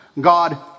God